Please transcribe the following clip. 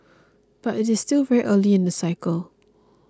but it is still very early in the cycle